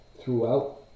throughout